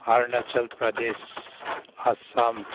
Arunachal Pradesh Assam